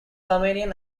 armenian